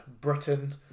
Britain